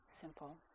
simple